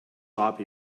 lop